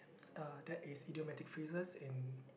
uh that is idiomatic phrases and